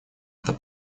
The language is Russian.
это